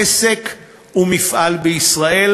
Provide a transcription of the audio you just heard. עסק ומפעל בישראל,